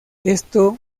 esto